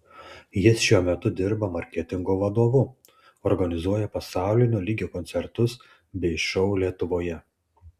jis šiuo metu dirba marketingo vadovu organizuoja pasaulinio lygio koncertus bei šou lietuvoje